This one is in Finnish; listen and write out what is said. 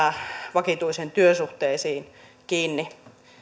vakituisiin työsuhteisiin kiinni